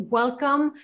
welcome